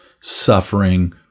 suffering